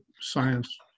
science